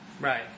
Right